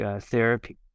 therapy